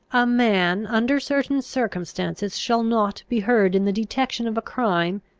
a man, under certain circumstances, shall not be heard in the detection of a crime,